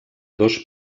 dos